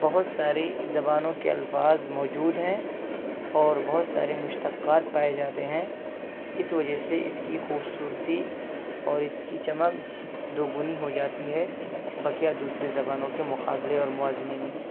بہت سارے زبانوں کے الفاظ موجود ہیں اور بہت سارے مشتقات پائے جاتے ہیں اس وجہ سے اس كی خوبصورتی اور اس كی چمک دوگنی ہو جاتی ہے بکیہ دوسرے زبانوں کے مقابلے اور موازنے میں